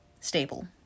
stable